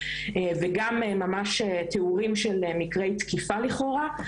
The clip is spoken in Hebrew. וגם ממש תיאורים של מקרי תקיפה לכאורה.